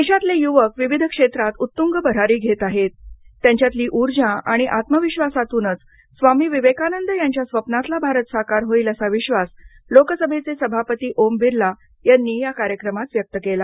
देशातले युवक विविध क्षेत्रात उत्तुंग भरारी घेत आहेत त्यांच्यातली ऊर्जा आणि आत्मविश्वासातूनच स्वामी विवेकानंद यांच्या स्वप्नातला भारत साकार होईल असा विश्वास लोकसभेचे सभापती ओम बिर्ला यांनी या कार्यक्रमात व्यक्त केला